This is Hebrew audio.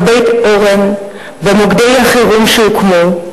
בבית-אורן, במוקדי החירום שהוקמו,